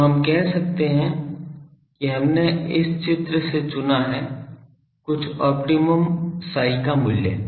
तो हम कहते हैं कि हमने इस चित्र से चुना है कुछ ऑप्टिमम psi का मूल्य